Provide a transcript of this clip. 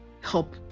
help